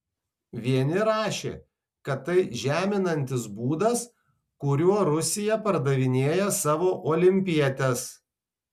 vieni rašė kad tai žeminantis būdas kuriuo rusija pardavinėja savo olimpietes